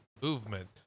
movement